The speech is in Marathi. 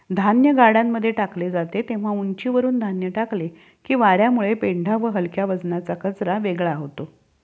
धान्य गाड्यांमध्ये टाकले जाते तेव्हा उंचीवरुन धान्य टाकले की वार्यामुळे पेंढा व हलक्या वजनाचा कचरा वेगळा होतो